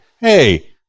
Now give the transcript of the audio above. Hey